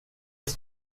des